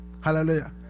Hallelujah